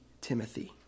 Timothy